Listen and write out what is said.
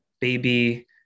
baby